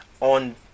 on